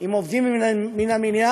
עם אלה של עובדים מן המניין,